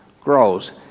grows